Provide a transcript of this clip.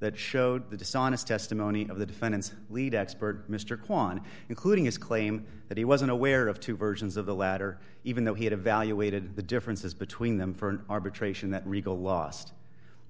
that showed the dishonest testimony of the defendant's lead expert mr kwan including his claim that he wasn't aware of two versions of the latter even though he had evaluated the differences between them for an arbitration that regal lost